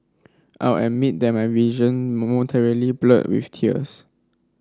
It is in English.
I'll admit that my vision momentarily blurred with tears